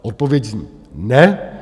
Odpověď zní ne.